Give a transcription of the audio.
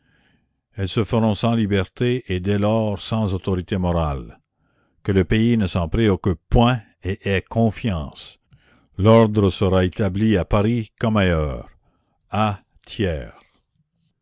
elles se feront sans liberté et dès lors sans autorité morale la commune que le pays ne s'en préoccupe point et ait confiance l'ordre sera établi à paris comme ailleurs tandis